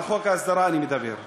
על חוק ההסדרה אני מדבר.